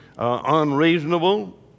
Unreasonable